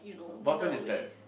what happen is that